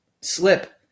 slip